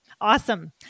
Awesome